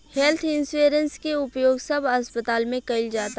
health insurance के उपयोग सब अस्पताल में कईल जाता